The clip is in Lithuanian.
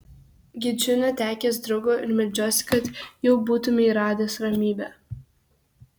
gedžiu netekęs draugo ir meldžiuosi kad jau būtumei radęs ramybę